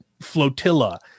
Flotilla